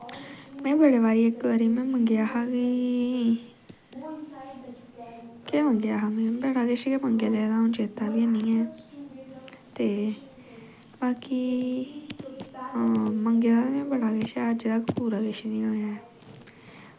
में बड़े बारी इक बारी में मंगेआ हा की केह् मंगेआ ही बड़ा किश मंगी लेदा हून चेत्ता बी नी ऐ ते बाकी मंगे दा ते बड़ा किश ऐ अजतक पूरा किश नी होआ ऐ